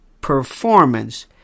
performance